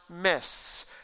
miss